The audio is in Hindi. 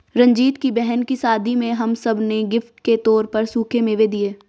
रंजीत की बहन की शादी में हम सब ने गिफ्ट के तौर पर सूखे मेवे दिए